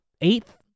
eighth